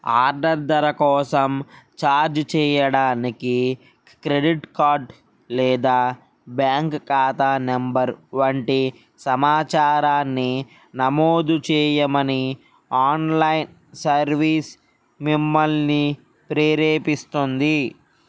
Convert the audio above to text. order ధర కోసం charge చేయడానికి క్రెడిట్ కార్డ్ లేదా బ్యాంక్ ఖాతా నంబర్ వంటి సమాచారాన్ని నమోదు చేయమని ఆన్లైన్ సర్వీస్ మిమ్మల్ని ప్రేరేపిస్తుంది